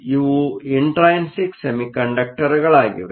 ಇವು ಇಂಟ್ರೈನ್ಸಿಕ್ ಸೆಮಿಕಂಡಕ್ಟರ್ಗಳಾಗಿವೆ